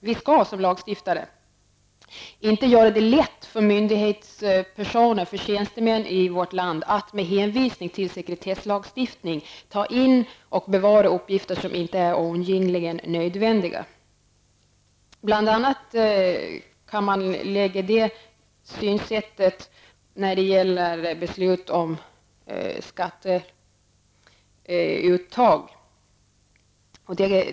Vi skall som lagstiftare inte göra det lätt för myndighetspersoner och tjänstemän i vårt land att med hänvisning till sekretesslagstiftning ta in och hemlighålla uppgifter som inte är oundgängligen nödvändiga. Bl.a. kan man anlägga det synsättet när det gäller beslut om skatteuttag.